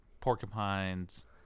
porcupines